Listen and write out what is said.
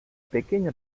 pequeña